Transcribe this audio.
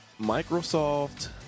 microsoft